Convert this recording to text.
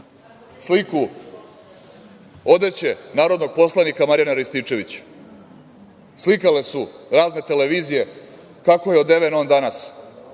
sliku odeće narodnog poslanika Marijana Rističevića, slikale su razne televizije kako je odeven on danas,